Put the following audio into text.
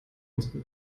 unsere